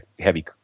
heavy